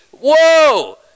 whoa